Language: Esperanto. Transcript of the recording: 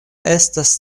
estas